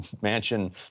mansion